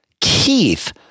keith